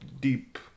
deep